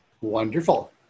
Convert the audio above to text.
Wonderful